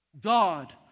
God